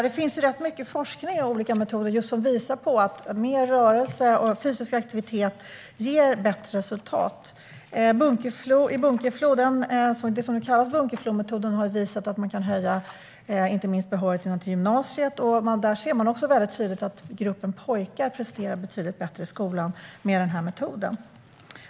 Det finns rätt mycket forskning om olika metoder som visar på att mer fysisk aktivitet ger bättre resultat. Den så kallade Bunkeflometoden har visat att man inte minst kan höja andelen behöriga till gymnasiet. Där ser man också väldigt tydligt att gruppen pojkar presterar betydligt bättre i skolan med denna metod.